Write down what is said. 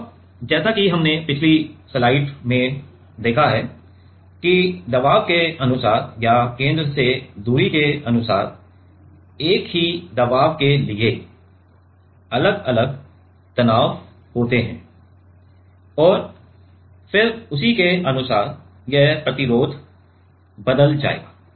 और जैसा कि हमने पिछली स्लाइड में देखा है कि दबाव के अनुसार या केंद्र से दूरी के अनुसार एक ही दबाव के लिए अलग अलग तनाव होंगे और फिर उसी के अनुसार यह प्रतिरोध बदल जाएगा